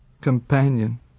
Companion